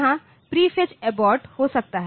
यहाँ prefetch abort हो सकता है